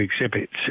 exhibits